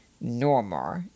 normal